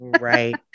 Right